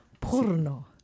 Porno